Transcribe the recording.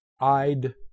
Id